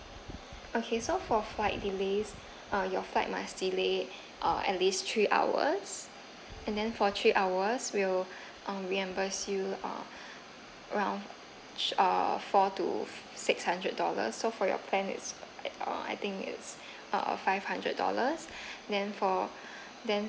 okay so for flight delays uh your flight must delay uh at least three hours and then for three hours will um reimburse uh around err four to six hundred dollars so for your plan is it's uh I think is uh five hundred dollars then for then